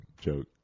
joke